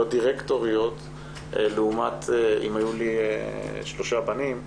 דירקטוריות לעומת אם היו לי שלושה בנים,